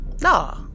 No